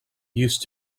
used